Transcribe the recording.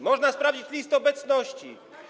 Można sprawdzić listę obecności.